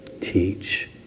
teach